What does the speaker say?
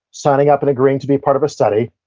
signing up and agreeing to be part of a study,